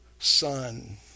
son